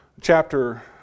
chapter